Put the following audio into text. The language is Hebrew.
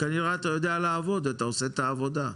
וכנראה אתה יודע לעבוד, אתה עושה את העבודה.